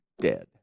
dead